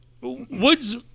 Woods